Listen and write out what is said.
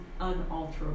unalterable